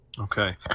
Okay